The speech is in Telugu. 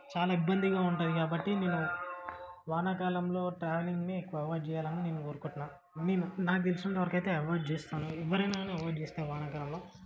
చాలా ఇబ్బందిగా ఉంటుంది కాబట్టి నేను వానాకాలంలో ట్రావెలింగ్ని ఎక్కువ అవాయిడ్ చేయ్యాలని నేను కోరుకుంటున్నాను నేను నాకు తెలిసినంతవరకు అయితే అవాయిడ్ చేస్తాను ఎవరైనా గానీ చేస్తారు వానాకాలంలో